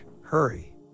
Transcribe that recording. hurry